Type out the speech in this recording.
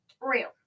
real